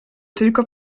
tylko